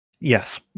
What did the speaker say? Yes